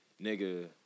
nigga